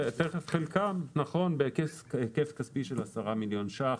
תכף, חלקם, בהיקף כספי של 10 מיליון ש"ח.